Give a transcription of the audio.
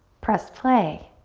pressed play,